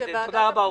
תודה רבה.